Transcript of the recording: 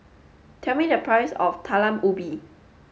tell me the price of Talam Ubi